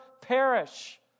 perish